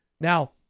Now